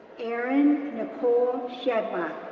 erin nicole shedlock,